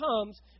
comes